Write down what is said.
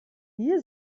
hier